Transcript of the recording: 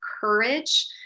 courage